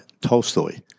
Tolstoy